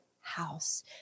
house